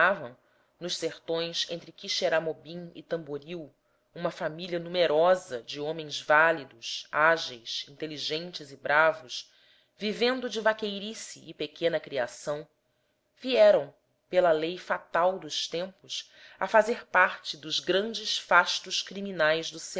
formavam nos sertões entre quixeramobim e tamboril uma família numerosa de homens válidos ágeis inteligentes e bravos vivendo de vaqueirice e pequena criação vieram pela lei fatal dos tempos a fazer parte dos grandes fastos criminais do